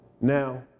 Now